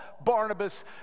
Barnabas